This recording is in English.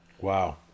Wow